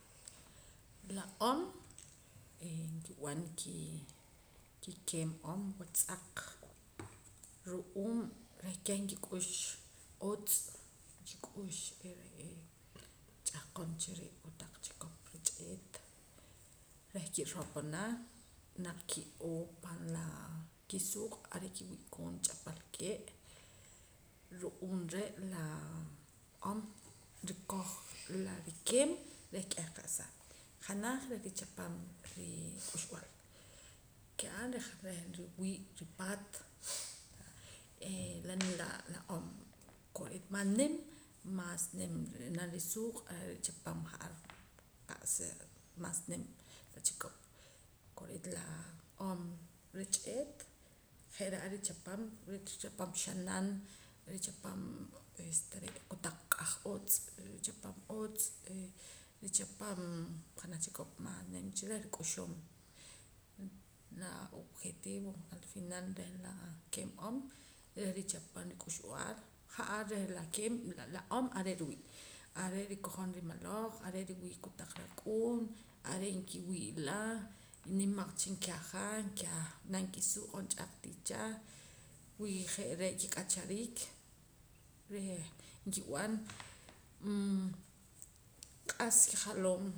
La om eh nkib'an kii kikeem om wach tz'aq ru'uum reh keh nkik'ux utz' nkik'ux re'ee ch'ahqon cha re' kotaq chikop rich'eet reh ki'ropana naq ki'oo pan la kisuuq' are' ki'wii' koon ch'apalkee' ru'uum re' laa om rikoj la rikeem reh k'eh qa'sa janaj reh richapam rik'uxb'aal kiab' reh nriwii' ripaat ee laa la om kore'eet mas nim maas nim ri'nam risuuq' are' chichapam ja'ar qa'sa maas nim la chikop kore'eet la om rich'eet je're' ar richapam richapam xanan richapam este re' kotaq taq k'aj utz' richapam utz' e richapam janaj chikop mas nimcha reh rik'uxum la objetivo al final reh la keem om reh richapam rik'uxb'aal ja'ar reh la keem la om are' riwii' are' rikojom rimaloj are' riwii' kotaq rak'uun are' nkiwii'la nimaq cha nkiaja kiaj nam kisuuq' jonch'aq cha tii cha wi je're' kik'achariik reh nkib'an uum q'as kijaloom